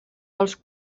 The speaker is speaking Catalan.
els